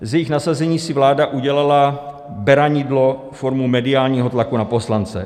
Z jejich nasazení si vláda udělala beranidlo formou mediálního tlaku na poslance.